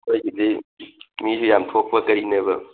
ꯑꯩꯈꯣꯏꯒꯤꯗꯤ ꯃꯤꯁꯨ ꯌꯥꯝ ꯊꯣꯛꯄ ꯀꯏꯤꯅꯦꯕ